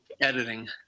Editing